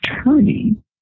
attorney